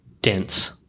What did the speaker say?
Dense